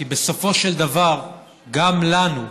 כי בסופו של דבר גם לנו,